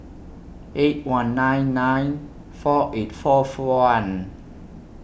eight one nine nine four eight four one